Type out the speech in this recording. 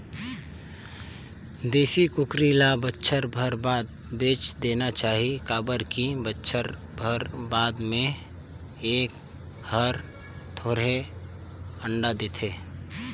देसी कुकरी ल बच्छर भर बाद बेच देना चाही काबर की बच्छर भर बाद में ए हर थोरहें अंडा देथे